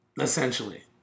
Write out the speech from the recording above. essentially